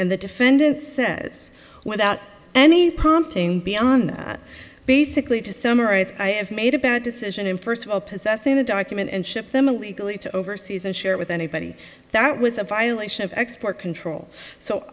and the defendant says without any prompting beyond that basically to summarize i have made a bad decision in first of all possessing a document and ship them illegally to overseas and share with anybody that was a violation of export control so